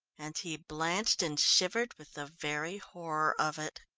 and he blanched and shivered with the very horror of it.